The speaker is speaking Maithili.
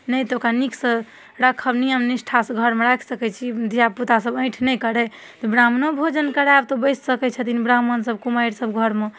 नहि तऽ ओकरा नीकसँ राखब नियम निष्ठासँ घरमे राखि सकै छी धिआपुतासभ अँइठ नहि करै तऽ ब्राह्मणो भोजन कराएब तऽ बैसि सकै छथिन ब्राह्मणसभ कुमारिसभ घरमे